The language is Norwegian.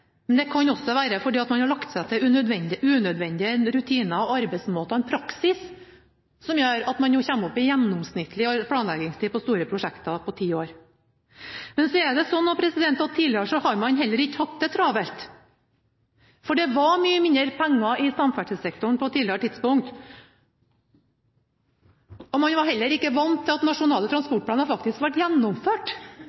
man har lagt seg til unødvendige rutiner og arbeidsmåter – en praksis som gjør at man nå kommer opp i en gjennomsnittlig planleggingstid på ti år på store prosjekter. Men det er også sånn at man tidligere heller ikke har hatt det travelt, fordi det var mye mindre penger i samferdselssektoren før, og man var heller ikke vant til at nasjonale